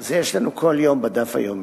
זה יש לנו כל יום בדף היומי.